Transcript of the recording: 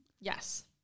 Yes